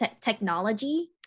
technology